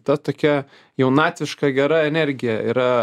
ta tokia jaunatviška gera energija yra